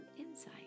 insight